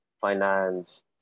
finance